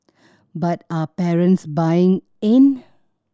but are parents buying in